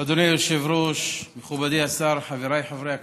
אדוני היושב-ראש, מכובדי השר, חבריי חברי הכנסת,